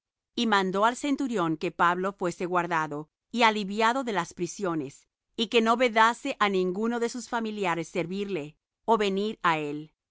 y mandó al centurión que pablo fuese guardado y aliviado de las prisiones y que no vedase á ninguno de sus familiares servirle ó venir á él y